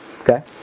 okay